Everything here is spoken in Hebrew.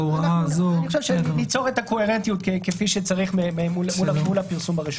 אני חושב שניצור את הקוהרנטיות כפי שצריך מול הפרסום ברשומות.